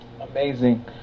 Amazing